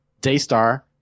Daystar